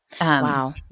wow